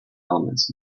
elements